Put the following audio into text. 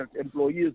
employees